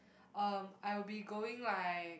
um I'll be going like